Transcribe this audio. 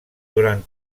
durant